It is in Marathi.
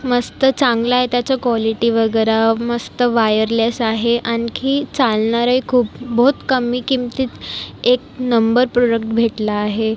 मस्त चांगला आहे त्याचं कॉलिटी वगैरे मस्त वायरलेस आहे आणखी चालणार आहे खूप बहोत कमी किमतीत एक नंबर प्रोडक्ट भेटला आहे